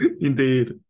Indeed